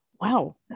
Wow